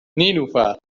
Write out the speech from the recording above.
نیلوفرمن